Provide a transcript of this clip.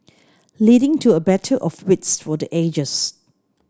leading to a battle of wits for the ages